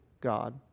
God